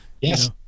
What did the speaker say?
Yes